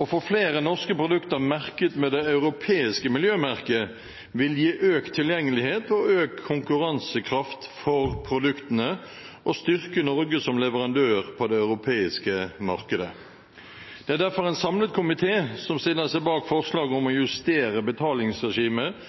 Å få flere norske produkter merket med det europeiske miljømerket vil gi økt tilgjengelighet og økt konkurransekraft for produktene og styrke Norge som leverandør på det europeiske markedet. Det er derfor en samlet komité som stiller seg bak forslaget om å justere betalingsregimet,